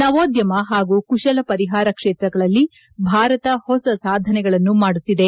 ನವೋದ್ಯಮ ಪಾಗೂ ಕುಶಲ ಪರಿಪಾರ ಕ್ಷೇತ್ರಗಳಲ್ಲಿ ಭಾರತ ಹೊಸಹೊಸ ಸಾಧನೆಗಳನ್ನು ಮಾಡುತ್ತಿದೆ